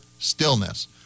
Stillness